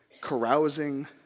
carousing